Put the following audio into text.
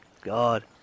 god